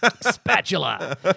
Spatula